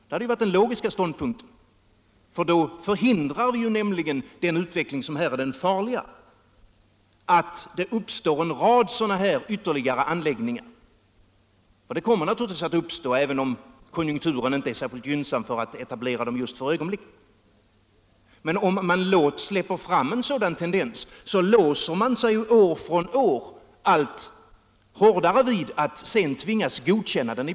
Därigenom förhindrar man den utveckling som är den farliga, nämligen att det under tiden uppstår en rad ytterligare sådana här anläggningar — för sådana kommer naturligtvis att uppstå, även om konjunkturen just för ögonblicket inte är särskilt gynnsam för det. Men släpper man fram en sådan tendens, så låser man sig år för år allt hårdare för att i princip godkänna den.